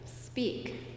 speak